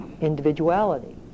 individuality